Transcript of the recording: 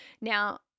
Now